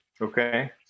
okay